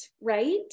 right